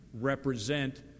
represent